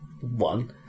one